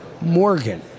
Morgan